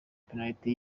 penaliti